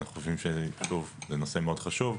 אנחנו חושבים שזה נושא מאוד חשוב.